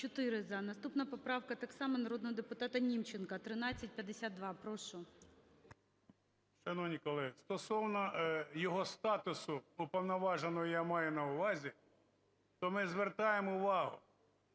Наступна поправка так само народного депутата Німченка – 1352. Прошу. 13:47:10 НІМЧЕНКО В.І. Шановні колеги, стосовно його статусу, уповноваженого я маю на увазі, то ми звертаємо увагу,